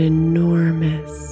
enormous